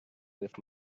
with